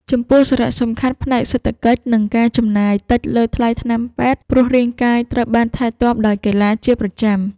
ចំពោះសារៈសំខាន់ផ្នែកសេដ្ឋកិច្ច គឺការចំណាយតិចលើថ្លៃថ្នាំពេទ្យ ព្រោះរាងកាយត្រូវបានថែទាំដោយកីឡាជាប្រចាំ។